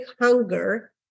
hunger